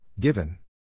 Given